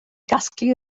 gasglu